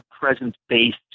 presence-based